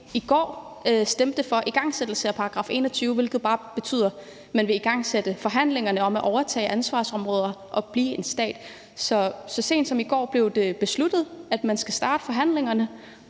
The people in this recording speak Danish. i går stemte for igangsættelse af § 21, hvilket bare betyder, at man vil igangsætte forhandlingerne om at overtage ansvarsområder og blive en stat. Så sent som i går blev det besluttet, at man skal starte forhandlingerne,